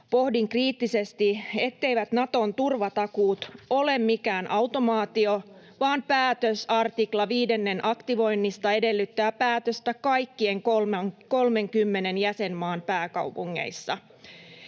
Pohdin kriittisesti, etteivät Naton turvatakuut ole mikään automaatio, vaan päätös 5 artiklan aktivoinnista edellyttää päätöstä kaikkien 30 jäsenmaan pääkaupungeissa.